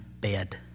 bed